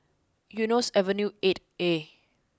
Eunos Avenue eight A